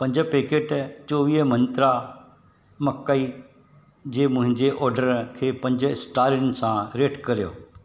पंज पैकेट चोवीह मंत्रा मकई जे मुंहिंजे ऑडर खे पंज स्टारनि सां रेट करियो